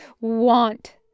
want